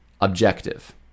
objective